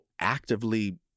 actively